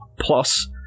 Plus